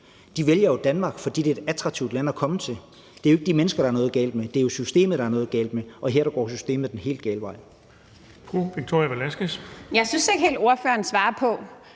jo vælger Danmark, fordi det er et attraktivt land at komme til. Det er jo ikke de mennesker, der er noget galt med; det er jo systemet, der er noget galt med – og her går systemet den helt gale vej.